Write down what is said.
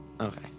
Okay